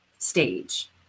stage